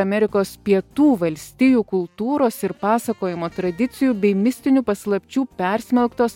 amerikos pietų valstijų kultūros ir pasakojimo tradicijų bei mistinių paslapčių persmelktos